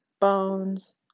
bones